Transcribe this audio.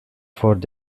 fort